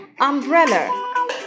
Umbrella